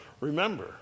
remember